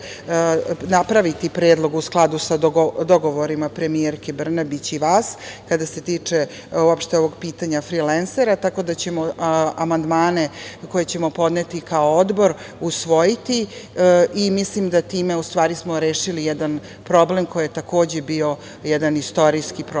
napraviti predlog u skladu sa dogovorima premijerke Brnabić i vas kada se tiče uopšte ovog pitanja frilensera, tako da ćemo amandmane koje ćemo podneti kao Odbor usvojiti i mislim da smo time u stvari rešili jedan problem koji je takođe bio jedan istorijski problem